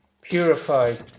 purified